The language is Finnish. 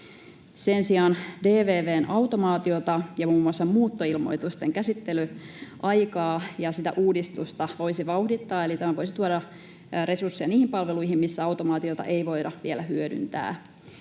Sen sijaan DVV:n automaatiota ja muun muassa muuttoilmoitusten käsittelyaikaa ja sitä uudistusta voisi vauhdittaa, eli tämä voisi tuoda resursseja niihin palveluihin, missä automaatiota ei voida vielä hyödyntää.